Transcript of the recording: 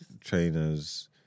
Trainers